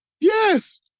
Yes